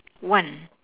one